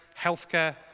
healthcare